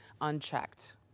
unchecked